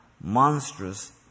monstrous